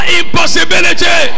impossibility